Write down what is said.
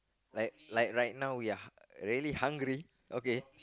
like like right now we are really hungry okay